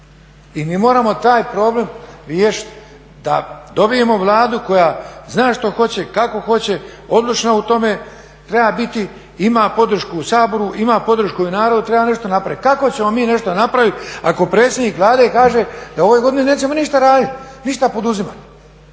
I mi moramo taj problem riješiti. Da dobijemo Vladu koja zna što hoće, kako hoće, odlučna u tome treba biti, ima podršku u Saboru, ima podršku u narodu i treba nešto napraviti. Kako ćemo mi nešto napraviti ako predsjednik Vlade kaže da u ovoj godini nećemo ništa raditi, ništa poduzimati.